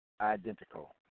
identical